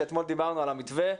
שאתמול דיברנו על המתווה,